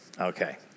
okay